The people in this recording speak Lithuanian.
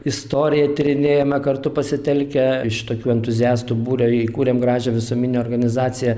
istoriją tyrinėjame kartu pasitelkę iš tokių entuziastų būrio įkūrėm gražią visuominę organizaciją